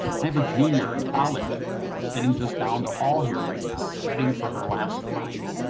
i have a junior in college sitting just down the hall here right now studying for her last final.